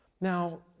Now